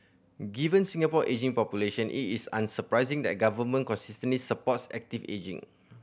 given Singapore ageing population it is unsurprising that the government consistently supports active ageing